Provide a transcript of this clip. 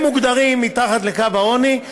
הם מוגדרים מתחת לקו העוני,